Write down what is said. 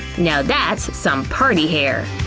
now that's some party hair!